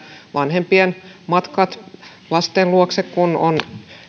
vanhempien matkat lasten luokse kun on